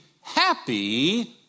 happy